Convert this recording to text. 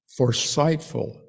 foresightful